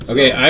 Okay